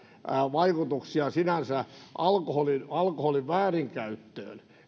vaikutuksia alkoholin alkoholin väärinkäyttöön